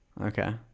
okay